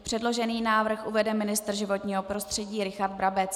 Předložený návrh uvede ministr životního prostředí Richard Brabec.